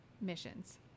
missions